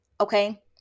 okay